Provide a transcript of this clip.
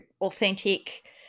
authentic